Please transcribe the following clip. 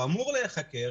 הוא אמור להיחקר